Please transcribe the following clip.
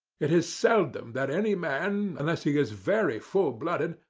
it is seldom that any man, unless he is very full-blooded,